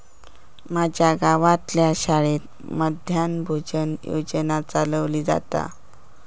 माज्या गावातल्या शाळेत मध्यान्न भोजन योजना चलवली जाता